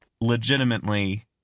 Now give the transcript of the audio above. legitimately